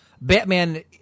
Batman